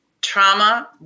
Trauma